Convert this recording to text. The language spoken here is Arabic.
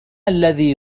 الذي